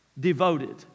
Devoted